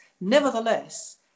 Nevertheless